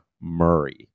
Murray